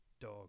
dog